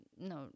no